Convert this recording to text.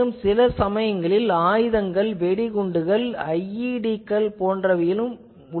மேலும் சில சமயங்களில் ஆயுதங்கள் வெடி குண்டுகள் IED க்கள் போன்றவற்றிலும் உள்ளன